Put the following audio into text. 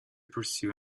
pursue